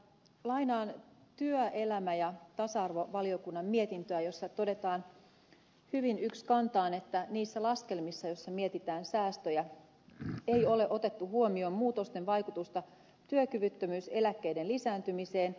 lainaan työelämä ja tasa arvovaliokunnan mietintöä jossa todetaan hyvin ykskantaan että niissä laskelmissa joissa mietitään säästöjä ei ole otettu huomioon muutosten vaikutusta työkyvyttömyyseläkkeiden lisääntymiseen